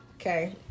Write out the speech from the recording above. Okay